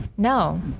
No